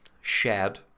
shared